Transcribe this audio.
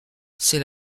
c’est